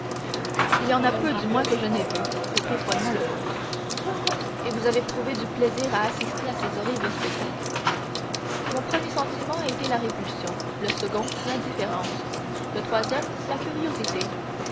il y en a peu du moins que je n'aie vus reprit froidement le comte et vous avez trouvé du plaisir à assister à ces horribles spectacles mon premier sentiment a été la répulsion le second l'indifférence le troisième la curiosité